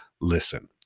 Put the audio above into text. listen